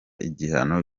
igihano